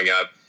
up